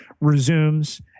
resumes